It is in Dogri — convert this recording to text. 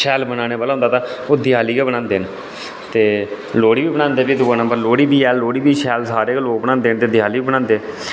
शैल बनाने वाला होंदा तां ओह् देयाली गै बनांदे न ते लोहड़ी बी बनांदे न फ्ही दूआ नंबर लोहड़ी बी ऐ लोहड़ी बी शैल सारे गै लोग बनांदे न ते देयाली बी बनांदे